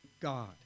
God